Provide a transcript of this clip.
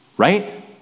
Right